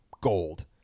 gold